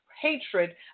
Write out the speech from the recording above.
hatred